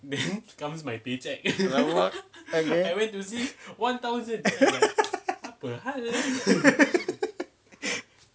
then !alamak!